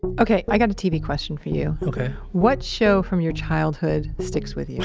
ok. i got a tv question for you ok what show from your childhood sticks with you? ah,